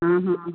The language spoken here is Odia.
ହଁ ହଁ